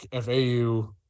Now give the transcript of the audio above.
FAU